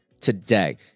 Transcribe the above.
today